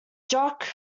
jacques